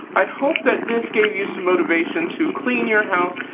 i hope that this gave you some motivation to clean your house.